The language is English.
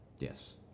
Yes